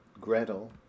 Gretel